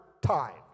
times